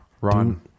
Ron